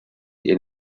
ihr